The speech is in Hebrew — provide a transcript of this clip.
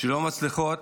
שלא מצליחות